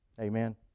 Amen